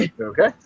Okay